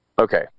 Okay